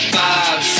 five